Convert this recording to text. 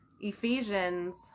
Ephesians